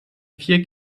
vier